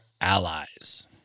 allies